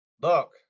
Look